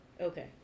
Okay